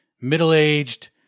middle-aged